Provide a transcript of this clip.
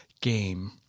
game